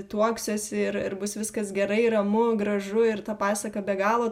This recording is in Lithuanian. tuoksiuos ir ir bus viskas gerai ramu gražu ir ta pasaka be galo